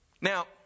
Now